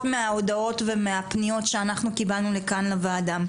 מההודעות והפניות שאנחנו קיבלנו לוועדה.